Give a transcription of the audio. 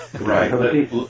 Right